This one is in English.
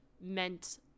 meant